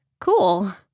cool